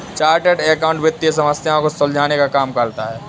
chartered accountant वित्तीय समस्या को सुलझाने का काम करता है